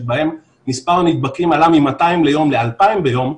שבהם מספר הנדבקים עלה מ-200 ליום ל-2,000 ביום,